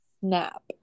snap